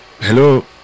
Hello